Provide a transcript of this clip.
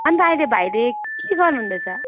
अन्त अहिले भाइले के गर्नुहुँदैछ